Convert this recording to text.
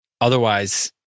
Otherwise